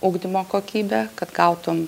ugdymo kokybę kad gautum